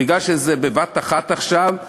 מכיוון שזה בבת-אחת עכשיו,